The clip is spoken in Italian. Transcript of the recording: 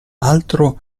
altro